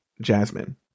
Jasmine